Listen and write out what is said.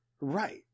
Right